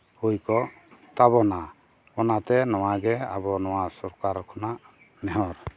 ᱦᱩᱭ ᱠᱚᱜ ᱛᱟᱵᱚᱱᱟ ᱚᱱᱟᱛᱮ ᱱᱚᱣᱟ ᱜᱮ ᱟᱵᱚ ᱱᱚᱣᱟ ᱥᱚᱨᱠᱟᱨ ᱠᱷᱚᱱᱟᱜ ᱱᱮᱦᱚᱨ